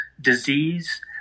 disease